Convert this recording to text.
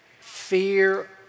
fear